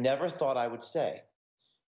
never thought i would say